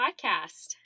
Podcast